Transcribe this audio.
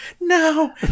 no